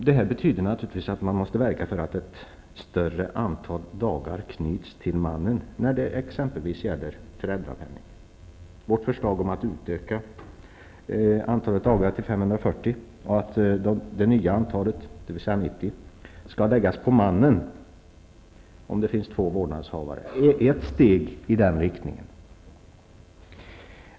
Detta betyder naturligtvis att man måste verka för att ett större antal dagar knyts till mannen, exempelvis när det gäller föräldrapenning. Vårt förslag om att utöka antalet dagar till 540 och att det tillkommande antalet, 90 dagar, skall läggas på mannen, om det finns två vårdnadshavare, är ett steg i den riktningen.